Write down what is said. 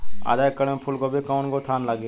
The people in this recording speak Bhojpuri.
आधा एकड़ में फूलगोभी के कव गो थान लागी?